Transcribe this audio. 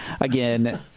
again